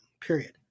period